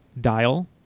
Dial